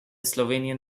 slovenian